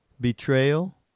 betrayal